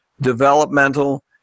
developmental